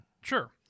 Sure